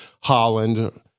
Holland